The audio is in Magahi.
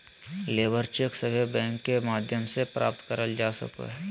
लेबर चेक सभे बैंक के माध्यम से प्राप्त करल जा सको हय